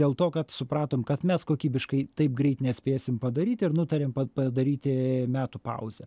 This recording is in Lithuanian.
dėl to kad supratom kad mes kokybiškai taip greit nespėsim padaryt ir nutarėm padaryti metų pauzę